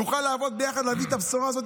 נוכל לעבוד ביחד ולהביא את הבשורה הזאת